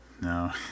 No